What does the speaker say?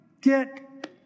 get